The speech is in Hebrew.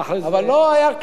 אבל לא היה כלום,